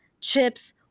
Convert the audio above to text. chips